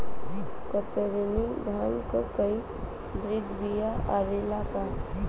कतरनी धान क hybrid बिया आवेला का?